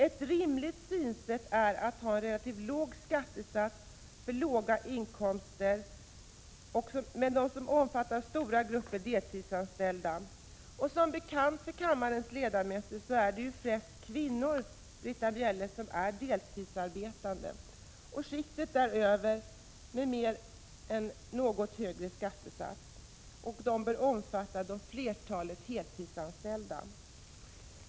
Ett rimligt synsätt är att ha en relativt låg skattesats för låga inkomster, som omfattar bl.a. den stora gruppen deltidsarbetande. Som bekant är det främst kvinnor som är deltidsarbetande, Britta Bjelle. Skiktet däröver, med en något högre skattesats, bör omfatta det stora flertalet heltidsarbetande.